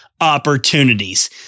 opportunities